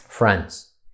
Friends